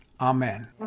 Amen